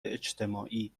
اجتماعی